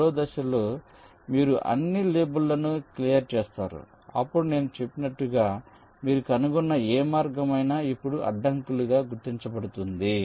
మూడవ దశలో మీరు అన్ని లేబుళ్ళను క్లియర్ చేస్తారు మరియు నేను చెప్పినట్లుగా మీరు కనుగొన్న ఏ మార్గం అయినా ఇప్పుడు అడ్డంకులుగా గుర్తించబడుతుంది